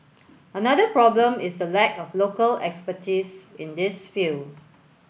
another problem is the lack of local expertise in this field